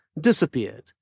disappeared